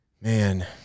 man